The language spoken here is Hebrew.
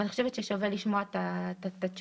ואני חושבת ששווה לשמוע את תשובתם.